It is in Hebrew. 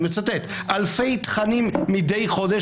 אני מצטט אלפי תכנים מדי חודש.